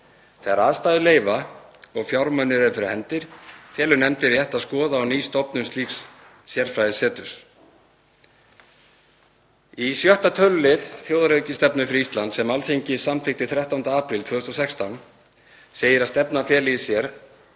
Þegar aðstæður leyfa og fjármunir eru fyrir hendi telur nefndin rétt að skoða á ný stofnun slíks sérfræðiseturs.“ Í 6. tölulið þjóðaröryggisstefnu fyrir Ísland sem Alþingi samþykkti 13. apríl 2016 segir að stefnan feli í sér: